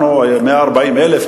אנחנו 140,000,